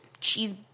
cheese